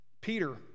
Peter